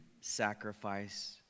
sacrifice